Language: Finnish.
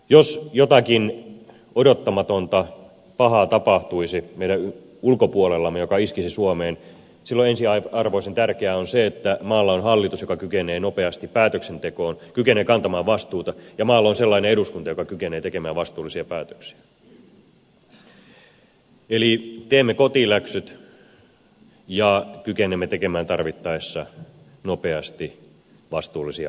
jos jotakin odottamatonta pahaa tapahtuisi meidän ulkopuolellamme joka iskisi suomeen silloin ensiarvoisen tärkeää on se että maalla on hallitus joka kykenee nopeasti päätöksentekoon kykenee kantamaan vastuuta ja maalla on sellainen eduskunta joka kykenee tekemään vastuullisia päätöksiä eli teemme kotiläksyt ja kykenemme tekemään tarvittaessa nopeasti vastuullisia päätöksiä